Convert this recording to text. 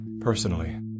Personally